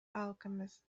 alchemist